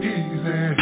easy